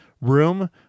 room